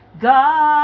God